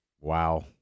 Wow